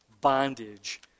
bondage